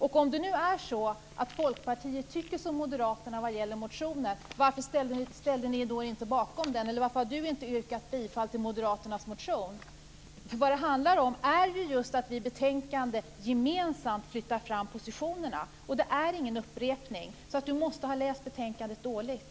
Om nu Folkpartiet tycker som Moderaterna när det gäller motionen, varför har då inte Runar Patriksson yrkat bifall till Moderaternas motion? Det handlar ju om att vi i betänkandet gemensamt flyttar fram positionerna. Det är ingen upprepning. Runar Patriksson måste ha läst betänkandet dåligt.